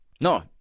No